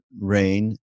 rain